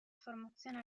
formazione